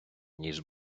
ніс